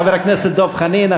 חבר הכנסת דב חנין,